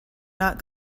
not